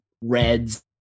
Reds